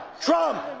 Trump